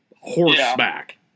horseback